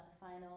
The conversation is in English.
final